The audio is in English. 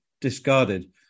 discarded